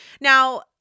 Now